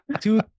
two